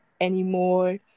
anymore